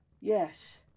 Yes